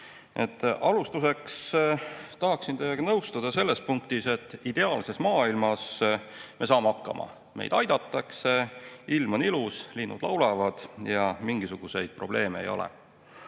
Alustuseks tahaksin teiega nõustuda selles punktis, et ideaalses maailmas me saame hakkama. Meid aidatakse, ilm on ilus, linnud laulavad ja mingisuguseid probleeme ei ole.